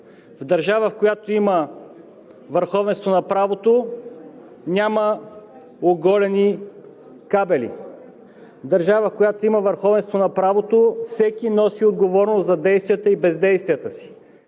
В държава, в която има върховенство на правото, няма оголени кабели. В държава, в която има върховенство на правото, всеки носи отговорност за действията и бездействията си.